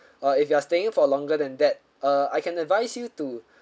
uh if you are staying for longer than that uh I can advise you to